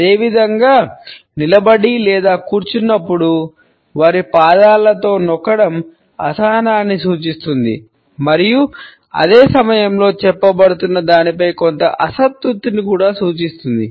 అదేవిధంగా నిలబడి లేదా కూర్చున్నప్పుడు వారి పాదాలతో నొక్కడం అసహనాన్ని సూచిస్తుంది మరియు అదే సమయంలో చెప్పబడుతున్న దానిపై కొంత అసంతృప్తిని కూడా సూచిస్తుంది